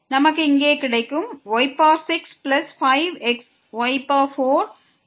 நமக்கு இங்கே இது கிடைக்கிறது